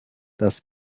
das